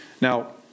Now